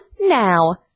now